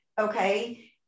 okay